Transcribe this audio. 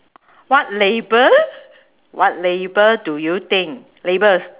what label what label do you think labels